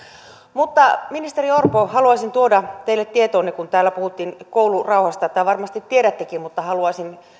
mutta ministeri orpo haluaisin tuoda teidän tietoonne kun täällä puhuttiin koulurauhasta tai varmasti tiedättekin mutta haluaisin